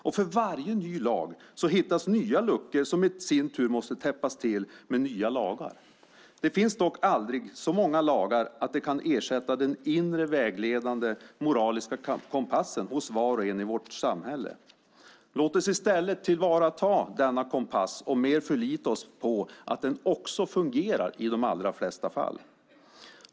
Och för varje ny lag hittas nya luckor som i sin tur måste täppas till med nya lagar. Det finns dock aldrig så många lagar att det kan ersätta den inre vägledande moraliska kompassen hos var och en i vårt samhälle. Låt oss i stället tillvarata denna kompass och mer förlita oss på att den också fungerar i de allra flesta fall.